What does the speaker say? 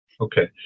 Okay